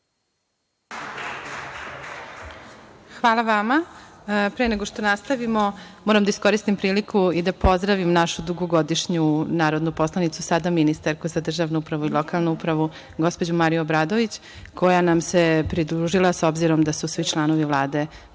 Hvala vama. Pre nego što nastavimo, moram da iskoristim priliku da pozdravim našu dugogodišnju narodnu poslanicu, sada ministarku za državnu upravu i lokalnu samoupravu, gospođu Mariju Obradović koja nam se pridružila s obzirom da su svi članovi Vlade